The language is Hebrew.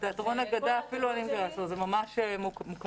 תיאטרון אגדה, אפילו אני מכירה אותו, זה ממש מוכר.